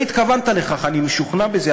לא התכוונת לכך, אני משוכנע בזה.